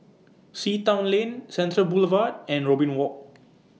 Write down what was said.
Sea Town Lane Central Boulevard and Robin Walk